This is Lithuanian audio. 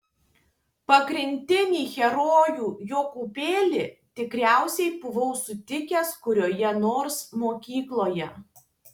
pagrindinį herojų jokūbėlį tikriausiai buvau sutikęs kurioje nors mokykloje